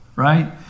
right